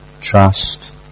trust